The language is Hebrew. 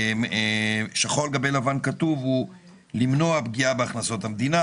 כתוב שחור על גבי לבן: למנוע פגיעה בהכנסות המדינה,